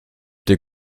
die